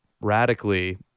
radically